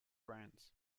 brands